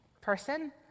person